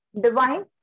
divine